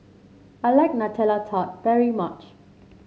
I like Nutella Tart very much